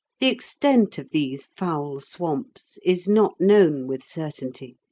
the extent of these foul swamps is not known with certainty,